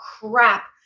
crap